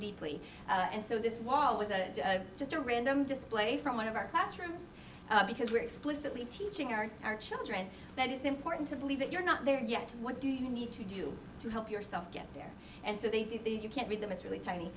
deeply and so this was a just a random display from one of our classrooms because we're explicitly teaching our children that it's important to believe that you're not there yet what do you need to do to help yourself get there and so they did you can't read them it's really tiny